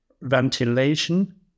ventilation